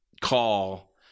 call